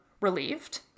relieved